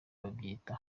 babyita